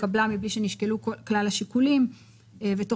התקבלה מבלי שנשקלו כלל השיקולים ותוך